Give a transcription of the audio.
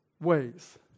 ways